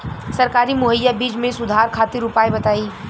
सरकारी मुहैया बीज में सुधार खातिर उपाय बताई?